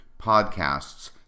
podcasts